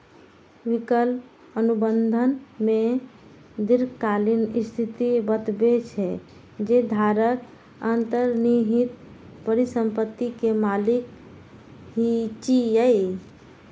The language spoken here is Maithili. विकल्प अनुबंध मे दीर्घकालिक स्थिति बतबै छै, जे धारक अंतर्निहित परिसंपत्ति के मालिक छियै